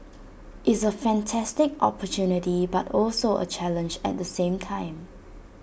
it's A fantastic opportunity but also A challenge at the same time